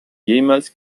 jemals